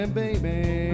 baby